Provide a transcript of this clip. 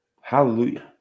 Hallelujah